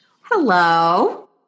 Hello